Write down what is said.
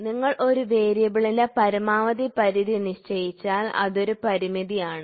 നിങ്ങൾ ഒരു വേരിയബിളിന് പരമാവധി പരിധി നിശചയിച്ചാൽ അതൊരു പരിമിതി ആണ്